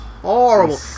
Horrible